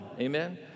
Amen